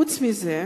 חוץ מזה,